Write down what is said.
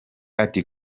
ati